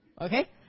Okay